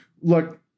look